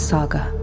Saga